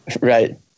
Right